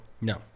No